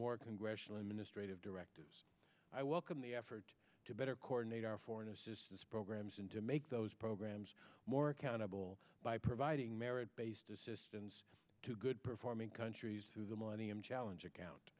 more congressional him in a straight of directives i welcome the effort to better coordinate our foreign assistance programs and to make those programs more accountable by providing merit based assistance to good performing countries who the money and challenge account